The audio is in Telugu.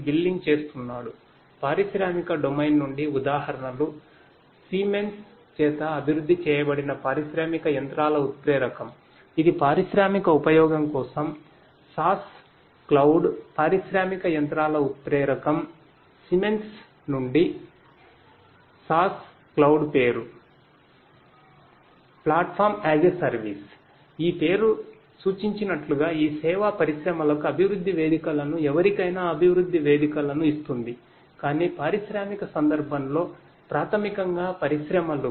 ప్లాట్ఫామ్ అస్ ఎ సర్వీస్ ఈ పేరు సూచించినట్లుగా ఈ సేవ పరిశ్రమలకు అభివృద్ధి వేదికలను ఎవరికైనా అభివృద్ధి వేదికలను ఇస్తుంది కాని పారిశ్రామిక సందర్భంలో ప్రాథమికంగా పరిశ్రమలు